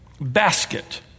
basket